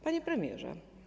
Panie Premierze!